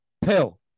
Pill